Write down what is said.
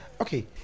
okay